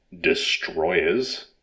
destroyers